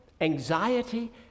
Anxiety